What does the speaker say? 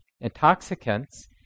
intoxicants